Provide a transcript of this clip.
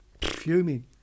fuming